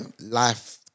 life